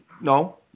no